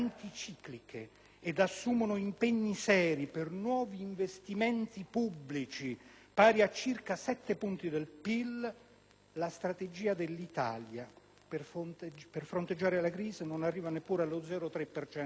ed assumono impegni seri per nuovi investimenti pubblici, pari a circa 7 punti del PIL, la strategia dell'Italia per fronteggiare la crisi non arriva neppure allo 0,3 per